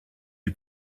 you